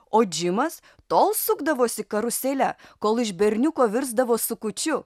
o džimas tol sukdavosi karusele kol iš berniuko virsdavo sukučiu